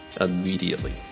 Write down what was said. immediately